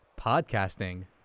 Podcasting